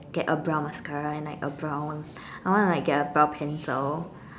get a brown mascara and like a brown and I wanna get a brow pencil